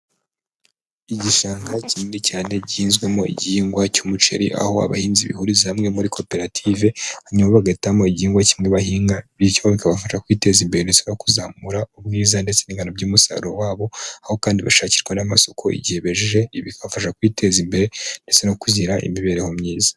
Igishanga kinini cyane gihinzwemo igihingwa cy'umuceri, aho abahinzi bihuriza hamwe muri koperative hanyuma bagatamo igihinhugu kimwe bahinga bityo bikabafasha kwiteza imbere ndetse no kuzamura ubwiza ndetse n'ingano by'umusaruro wabo. Aho kandi bashakishwa n'amasoko igihe bejeje bibafasha kwiteza imbere ndetse no kuzi imibereho myiza.